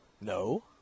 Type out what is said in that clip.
No